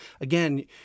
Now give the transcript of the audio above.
Again